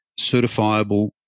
certifiable